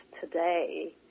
today